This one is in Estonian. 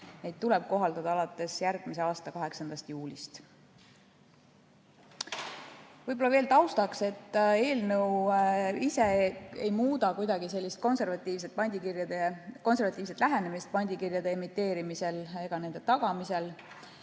tuleb kohaldada alates järgmise aasta 8. juulist. Võib-olla veel taustaks, et eelnõu ise ei muuda kuidagi sellist konservatiivset lähenemist pandikirjade emiteerimisele ja nende tagamisele.